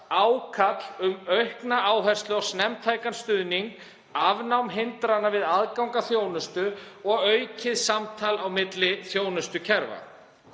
ákall um aukna áherslu á snemmtækan stuðning, afnám hindrana við aðgang að þjónustu og aukið samtal á milli þjónustukerfa.